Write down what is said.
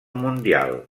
mundial